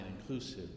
inclusive